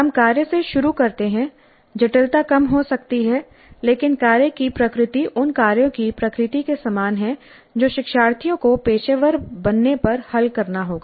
हम कार्य से शुरू करते हैं जटिलता कम हो सकती है लेकिन कार्य की प्रकृति उन कार्यों की प्रकृति के समान है जो शिक्षार्थियों को पेशेवर बनने पर हल करना होगा